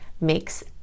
makes